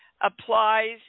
applies